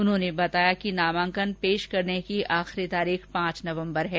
उन्होंने बताया कि नामांकन प्रस्तुत करने की आखरी तारीख पांच नवम्बर है